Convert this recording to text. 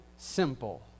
simple